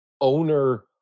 owner